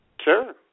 Sure